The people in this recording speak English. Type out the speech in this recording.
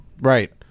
Right